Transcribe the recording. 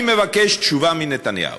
אני מבקש תשובה מנתניהו".